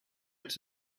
its